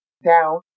down